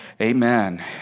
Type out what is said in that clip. Amen